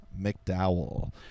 McDowell